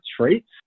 traits